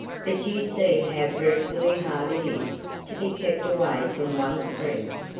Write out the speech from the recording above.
but you see how dreadfully hard it is to be kept away from one's friends.